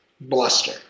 bluster